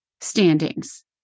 standings